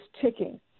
ticking